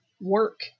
work